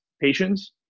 patients